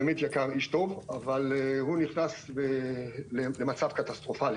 באמת יקר, איש טוב, אבל הוא נכנס למצב קטסטרופלי